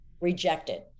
rejected